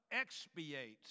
expiates